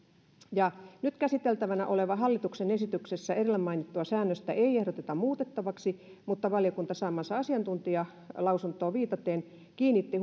nyt käsiteltävänä olevassa hallituksen esityksessä edellä mainittua säännöstä ei ehdoteta muutettavaksi mutta valiokunta saamaansa asiantuntijalausuntoon viitaten kiinnitti